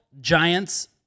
giants